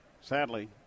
sadly